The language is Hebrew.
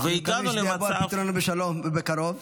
אנחנו מקווים שזה יבוא על פתרונו בשלום ובקרוב.